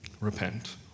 Repent